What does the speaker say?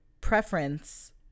preference